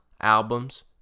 albums